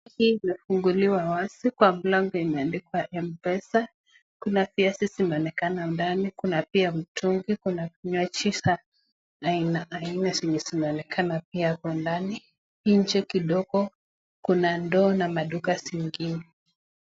Hii imefunguliwa wazi kwa mlango imeandikwa M-PESA. Kuna pia viazi zimeonekana ndani, kuna pia mtungi, kuna kinywaji cha aina aina zenye zinaonekana pia hapo kwa ndani. Nje kidogo kuna ndoo na maduka zingine.